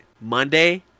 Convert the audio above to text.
Monday